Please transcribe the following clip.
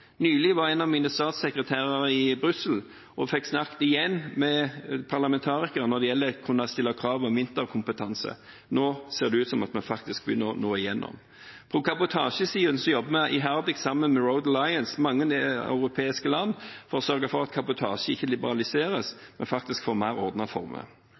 Nylig var en av mine statssekretærer i Brussel og fikk igjen snakket med parlamentarikere når det gjelder å kunne stille krav om vinterkompetanse. Nå ser det ut som om vi begynner å komme igjennom. På kabotasjesiden jobber vi iherdig sammen med Road Alliance i mange europeiske land og sørger for at kabotasje ikke liberaliseres, men får mer ordnede former.